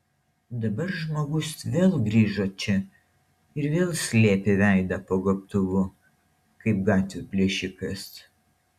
dabar žmogus vėl grįžo čia ir vėl slėpė veidą po gobtuvu kaip gatvių plėšikas